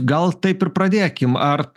gal taip ir pradėkim ar